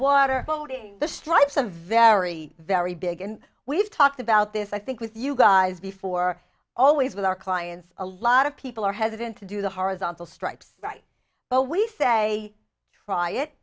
water boating the stripes a very very big and we've talked about this i think with you guys before always with our clients a lot of people are hesitant to do the horizontal stripes right now we say try it